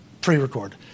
pre-record